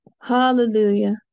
Hallelujah